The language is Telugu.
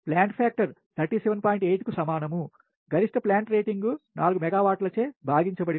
8 కు సమానం గరిష్ట plant rating 4 మెగావాట్ల చే భాగించబడినది